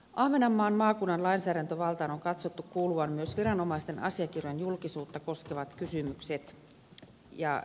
ahvenanmaan maakunnan lainsäädäntövaltaan on katsottu kuuluvan myös viranomaisten asiakirjojen julkisuutta koskevat kysymykset